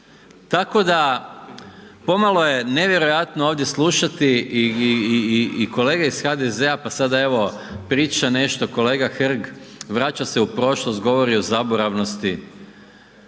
Tako da pomalo je nevjerojatno ovdje slušati i kolege iz HDZ-a pa sada evo priča nešto kolega Hrg, vraća se u prošlost, govori o zaboravnosti,